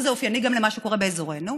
וזה אופייני גם למה שקורה באזורנו: